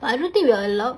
I don't think we are allowed